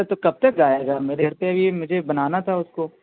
ارے تو کب تک جائے گا ویسے بھی مجھے بنانا تھا اس کو